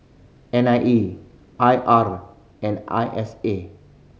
N I E I R and I S A